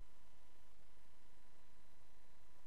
אבל